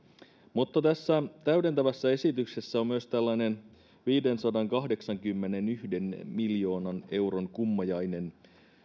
mutta tässä täydentävässä esityksessä on myös tällainen viidensadankahdeksankymmenenyhden miljoonan euron kummajainen